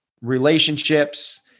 relationships